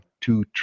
two